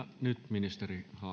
arvoisa